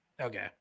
Okay